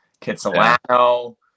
Kitsilano